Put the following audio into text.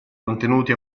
contenuti